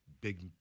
big